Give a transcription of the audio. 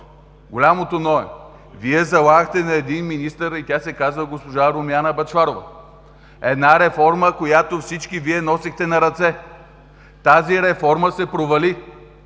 голямото „но“ е – Вие залагахте на един министър и тя се казва госпожа Румяна Бъчварова. Една реформа, която всички Вие носихте на ръце. Тази реформа се провали.